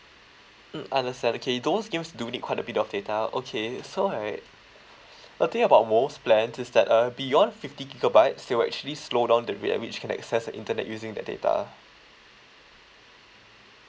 mm understand okay those games do need quite a bit of data okay so right uh think about most plan is that uh beyond fifty gigabyte still actually slow down the rate at which can access the internet using the data